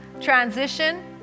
transition